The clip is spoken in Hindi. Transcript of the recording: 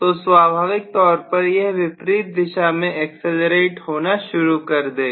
तो स्वाभाविक तौर पर यह विपरीत दिशा में एक्सीलरेट होना शुरु कर देगा